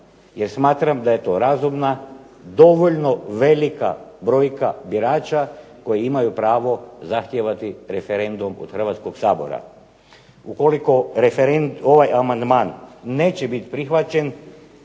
jer smatram da je to razumna, dovoljno velika brojka birača koji imaju pravo zahtijevati referendum od Hrvatskoga sabora. Ukoliko ovaj amandman neće bit prihvaćen